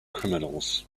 criminals